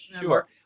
sure